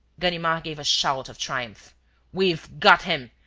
ganimard gave a shout of triumph we've got him.